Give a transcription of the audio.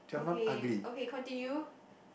okay okay continue